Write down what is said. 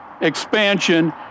expansion